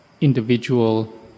individual